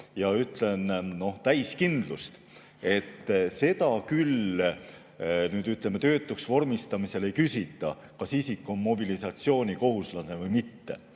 ja ütlen täis kindlust, et seda küll töötuks vormistamisel ei küsita, kas isik on mobilisatsioonikohuslane või mitte.